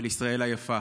של ישראל היפה.